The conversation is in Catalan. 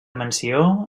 menció